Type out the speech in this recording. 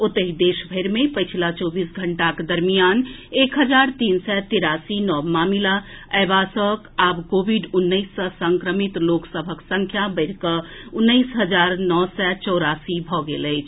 ओतहि देश भरि मे पछिला चौबीस घंटाक दरमियान एक हजार तीन सय तेरासी नव मामिला अयबा सॅ आब कोविड उन्नैस सॅ संक्रमित लोक सभक संख्या बढ़िकऽ उन्नैस हजार नओ सय चौरासी भऽ गेल अछि